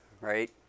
right